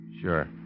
Sure